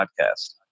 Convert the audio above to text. Podcast